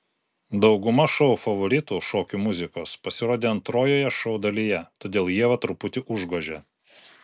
dauguma šou favoritų šokių muzikos pasirodė antrojoje šou dalyje todėl ievą truputį užgožė